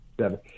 seven